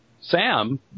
Sam